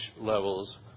levels